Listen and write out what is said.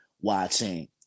watching